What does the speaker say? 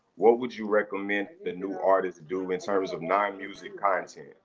what would you recommend the new artists do in terms of non-music content?